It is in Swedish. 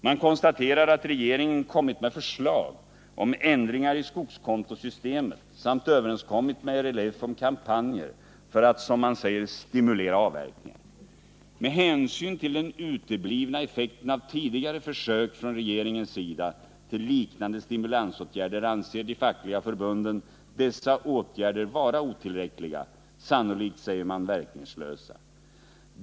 Man konstaterar att regeringen kommit med förslag till ändringar i skogskontosystemet samt överenskommit med RLF om kampanjer för att, som man säger, stimulera avverkningar. Med hänsyn till den uteblivna effekten av tidigare försök från regeringens sida till liknande stimulansåtgärder anser de fackliga förbunden dessa åtgärder vara otillräckliga, sannolikt också verkningslösa.